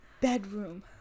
bedroom